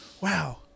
wow